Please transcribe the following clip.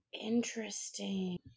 interesting